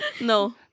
No